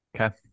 Okay